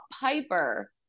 Piper